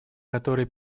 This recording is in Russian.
которые